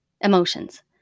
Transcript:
emotions